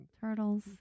Turtles